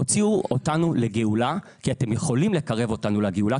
תוציאו אותנו לגאולה כי אתם יכולים לקרב אותנו לגאולה,